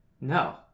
no